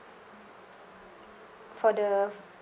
for the